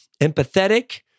empathetic